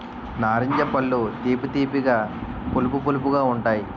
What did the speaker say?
నారింజ పళ్ళు తీపి తీపిగా పులుపు పులుపుగా ఉంతాయి